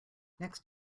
next